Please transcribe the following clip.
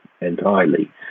entirely